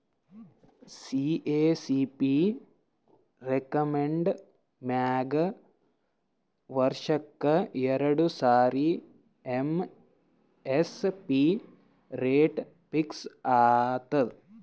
CACP recommend ಮ್ಯಾಗ್ ವರ್ಷಕ್ಕ್ ಎರಡು ಸಾರಿ ಎಮ್.ಎಸ್.ಪಿ ರೇಟ್ ಫಿಕ್ಸ್ ಆತದ್